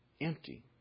empty